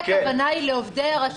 הכוונה היא לעובדי הרשות,